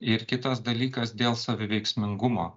ir kitas dalykas dėl saviveiksmingumo